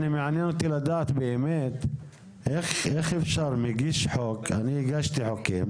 מעניין אותי לדעת איך זה שמגיש חוק ואני הגשתי חוקים